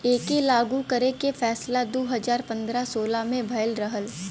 एके लागू करे के फैसला दू हज़ार पन्द्रह सोलह मे भयल रहल